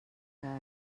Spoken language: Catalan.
que